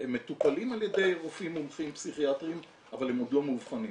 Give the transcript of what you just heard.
שהם מטופלים על ידי רופאים מומחים פסיכיאטריים אבל הם עוד לא מאובחנים,